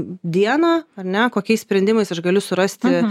dieną ar ne kokiais sprendimais aš galiu surasti